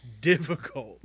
difficult